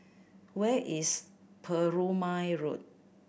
where is Perumal Road